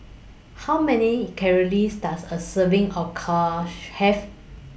How Many Calories Does A Serving of Cush Have